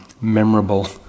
memorable